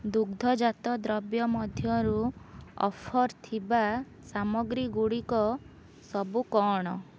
ଦୁଗ୍ଧଜାତ ଦ୍ରବ୍ୟ ମଧ୍ୟରୁ ଅଫର୍ ଥିବା ସାମଗ୍ରୀଗୁଡ଼ିକ ସବୁ କ'ଣ